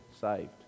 saved